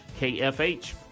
KFH